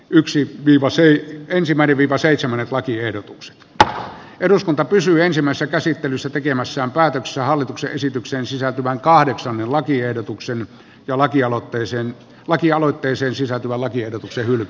yksi viiva söi ensin väriviiva seitsemän lakiehdotuksen että eduskunta pysyy ensimmäistä käsittelyssä tekemässään päätöksessä hallituksen esitykseen sisältyvän kahdeksan lakiehdotuksen ja lakialoitteisiin lakialoitteeseen sisältyvän lakiehdotuksen